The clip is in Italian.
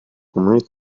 community